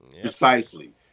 Precisely